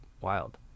wild